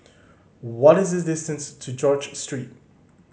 what is the distance to George Street